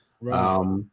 Right